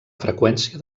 freqüència